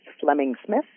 Fleming-Smith